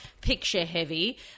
picture-heavy